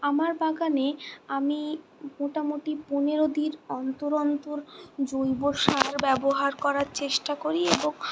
আমার বাগানে আমি মোটামুটি পনেরো দিন অন্তর অন্তর জৈব সার ব্যবহার করার চেষ্টা করি এবং